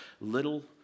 little